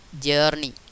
journey